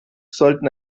sollten